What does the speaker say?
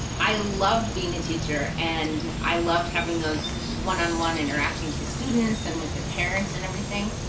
i loved being a teacher, and i loved having those one on one interactions with students and with their parents and everything.